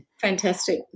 Fantastic